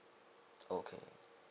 okay